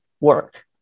work